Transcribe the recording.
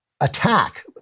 attack—